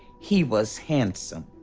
he was handsome.